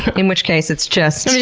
in which case it's just.